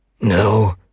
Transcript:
No